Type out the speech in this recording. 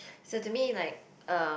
so to me like um